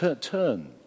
Turn